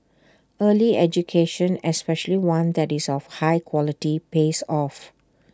early education especially one that is of high quality pays off